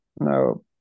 no